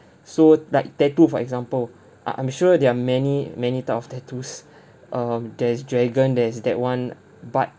so like tattoo for example uh I'm sure there are many many type of tattoos um there's dragon there's that one but